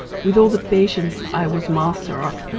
with all the patience i was master of,